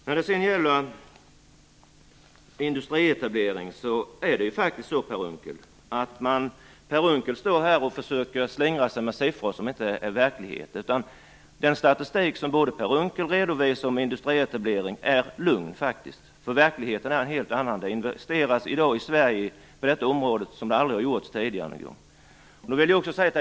När det sedan gäller industrietablering försöker Per Unckel slingra sig med siffror som inte är verklighet. Den statistik som Per Unckel redovisar om industrietablering är faktiskt lögn. Verkligheten är en helt annan. Det investeras på detta område i Sverige i dag som det aldrig har gjorts tidigare.